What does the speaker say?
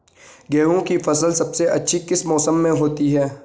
गेहूँ की फसल सबसे अच्छी किस मौसम में होती है